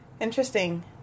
Interesting